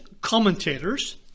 commentators